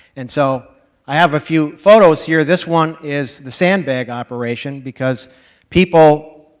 and so i have a few photos here. this one is the sandbag operation because people,